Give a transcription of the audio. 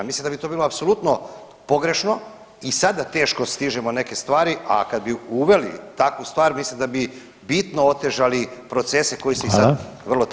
Mislim da bi to bilo apsolutno pogrešno i sada teško stižemo neke stvari, a kad bi uveli takvu stvar mislim da bi bitno otežali procese koji se i sad vrlo teško